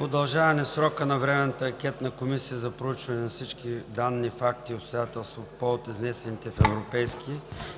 удължаване срока на Временната анкетна комисия за проучване на всички данни, факти и обстоятелства по повод изнесените в европейски